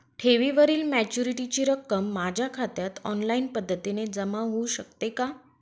ठेवीवरील मॅच्युरिटीची रक्कम माझ्या खात्यात ऑनलाईन पद्धतीने जमा होऊ शकते का?